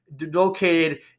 located